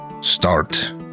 start